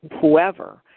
whoever